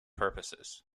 purposes